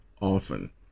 often